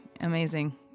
Amazing